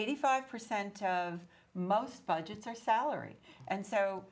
eighty five percent of most budgets are salary and so